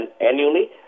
annually